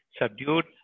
subdued